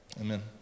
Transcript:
Amen